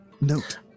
Note